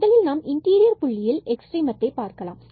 முதலில் நாம் இன்டீரியல் புள்ளியில் எக்ஸ்ட்ரீமத்தை பார்க்கலாம்